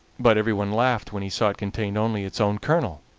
but everyone laughed when he saw it contained only its own kernel.